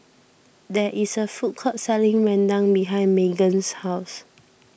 there is a food court selling Rendang behind Meggan's house